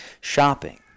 shopping